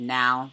now